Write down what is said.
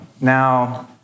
Now